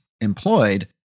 employed